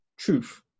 Truth